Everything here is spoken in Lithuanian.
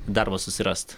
darbo susirast